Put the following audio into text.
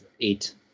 Eight